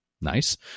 nice